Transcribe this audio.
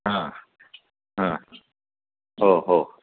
हां हां हो हो